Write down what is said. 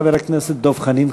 חבר הכנסת דב חנין,